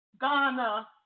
Ghana